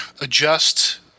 adjust